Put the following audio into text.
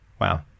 wow